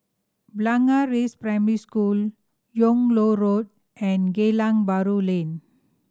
Blangah Rise Primary School Yung Loh Road and Geylang Bahru Lane